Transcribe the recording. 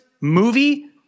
movie